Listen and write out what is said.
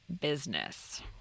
business